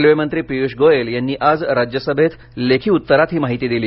रेल्वेमंत्री पीयूष गोयल यांनी आज राज्यसभेत लेखी उत्तरात ही माहिती दिली